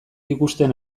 ikusten